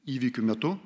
įvykių metu